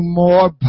more